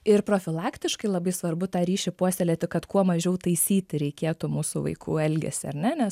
ir profilaktiškai labai svarbu tą ryšį puoselėti kad kuo mažiau taisyti reikėtų mūsų vaikų elgesį ar ne nes